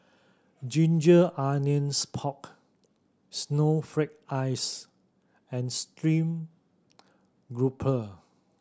ginger onions pork snowflake ice and stream grouper